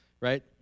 right